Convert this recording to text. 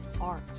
art